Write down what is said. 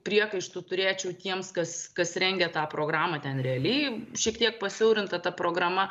priekaištų turėčiau tiems kas kas rengia tą programą ten realiai šiek tiek pasiaurinta ta programa